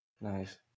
Nice